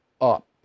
up